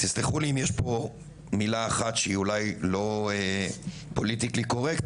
תסלחו לי אם יש פה מילה אחת שהיא אולי לא פוליטיקלי קורקט,